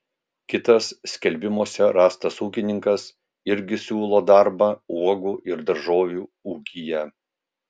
kitas skelbimuose rastas ūkininkas irgi siūlo darbą uogų ir daržovių ūkyje